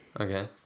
Okay